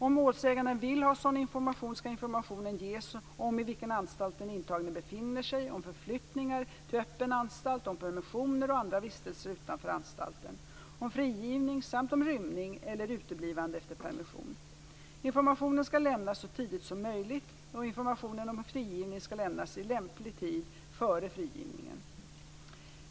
Om målsäganden vill ha sådan information skall information ges om i vilken anstalt den intagne befinner sig, om förflyttningar till öppen anstalt, om permissioner och andra vistelser utanför anstalten, om frigivning samt om rymning eller uteblivande efter permission. Informationen skall lämnas så tidigt som möjligt. Information om frigivning skall lämnas i lämplig tid före frigivningen.